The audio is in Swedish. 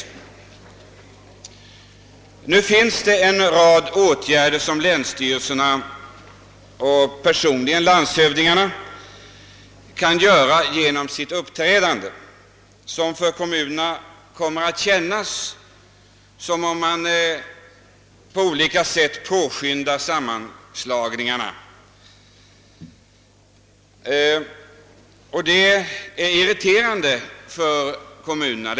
Nu kan länsstyrelserna och landshövdingarna personligen genom sitt uppträdande göra en hel del som för kommunerna kommer att verka som om man på olika sätt påskyndar sammanslagningarna. Detta är irriterande för kommunerna.